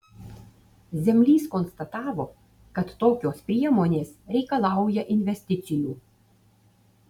zemlys konstatavo kad tokios priemonės reikalauja investicijų